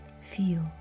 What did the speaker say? Feel